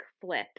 flip